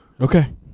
Okay